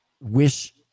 wish